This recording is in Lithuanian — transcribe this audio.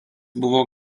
buvo